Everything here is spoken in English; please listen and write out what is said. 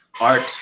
art